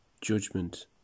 judgment